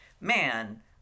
man